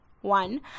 one